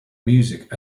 music